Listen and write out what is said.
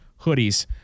hoodies